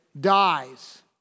dies